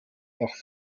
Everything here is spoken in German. nach